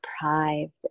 deprived